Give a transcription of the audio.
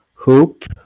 hoop